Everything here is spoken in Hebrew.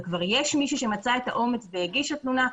כבר יש מישהי שמצאה את האומץ והגישה תלונה,